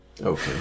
Okay